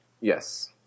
yes